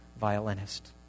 violinist